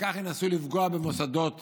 וכך ינסו לפגוע במוסדות